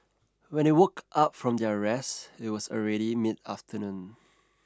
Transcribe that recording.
when they woke up from their rest it was already mid afternoon